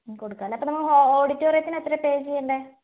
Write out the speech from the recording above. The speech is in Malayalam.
കൊടുക്കാമല്ലേ അപ്പോൾ നമുക്ക് ഓ ഓഡിറ്റോറിയത്തിന് എത്ര പേ ചെയ്യേണ്ടത്